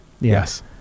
yes